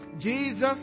Jesus